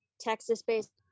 Texas-based